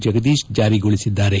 Jagadish ಜಾರಿಗೊಳಿಸಿದ್ದಾರೆ